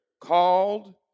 Called